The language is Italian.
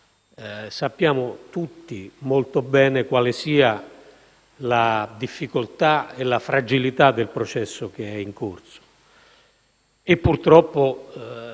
Sappiamo tutti molto bene quale sia la difficoltà e la fragilità del processo in corso, e purtroppo sotto